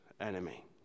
enemy